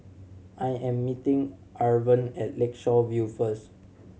I am meeting Irven at Lakeshore View first